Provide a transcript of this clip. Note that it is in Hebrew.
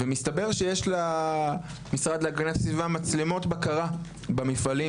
ומסתבר שיש למשרד להגנת הסביבה מצלמות בקרה במפעלים,